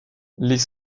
les